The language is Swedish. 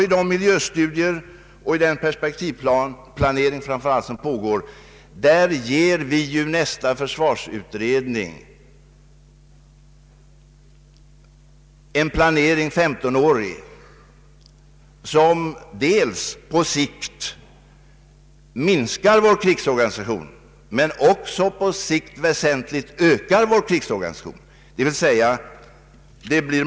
I de miljöstudier och framför allt den perspektivplanering som pågår ger vi ju nästa försvarsutredning utkasten till femtonåriga planer, som dels på längre sikt minskar vår krigsorganisation, men dels också på längre sikt väsentligt ökar vår krigsorganisation.